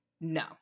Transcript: no